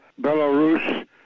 Belarus